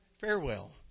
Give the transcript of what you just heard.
farewell